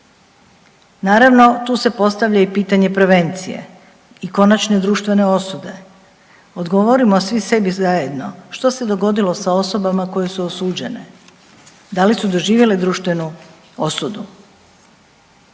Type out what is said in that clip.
Naravno tu se postavlja i pitanje prevencije i konačne društvene osude, odgovorimo svi sebi zajedno, što se dogodilo sa osobama koje su osuđene? Da li su doživjele društvenu osudu?